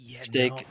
steak